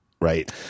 Right